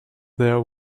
there